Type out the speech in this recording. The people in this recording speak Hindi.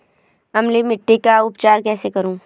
अम्लीय मिट्टी का उपचार कैसे करूँ?